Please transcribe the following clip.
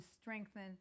strengthen